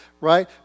right